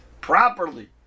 properly